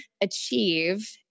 achieve